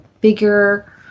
bigger